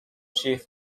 chief